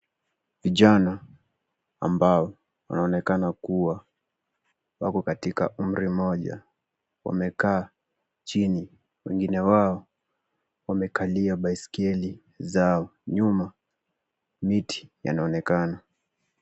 Vijana ambao wanaonekana kuwa wako katika umri mmoja wamekaa chini wengine wao wamekalia baiskeli zao nyuma miti yanaonekana